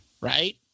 right